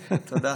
תודה.